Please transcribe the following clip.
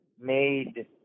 made